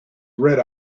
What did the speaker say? red